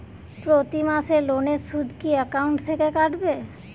প্রতি মাসে লোনের সুদ কি একাউন্ট থেকে কাটবে?